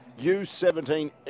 U17